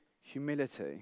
humility